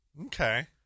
Okay